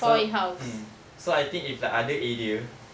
so mm so I think if like other area